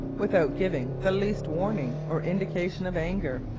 without giving the least warning or indication of anger.